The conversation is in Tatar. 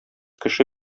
кеше